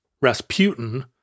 Rasputin